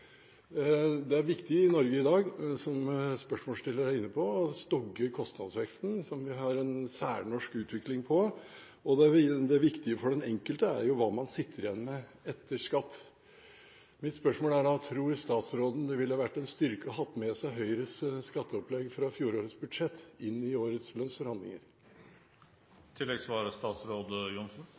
Det er viktig i Norge i dag, som spørsmålsstilleren er inne på, å stogge kostnadsveksten, som vi har en særnorsk utvikling på. Det viktige for den enkelte er jo hva man sitter igjen med etter skatt. Mitt spørsmål er da: Tror statsråden det ville vært en styrke å ha med seg Høyres skatteopplegg fra fjorårets budsjett inn i årets